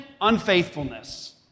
unfaithfulness